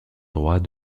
droit